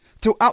Throughout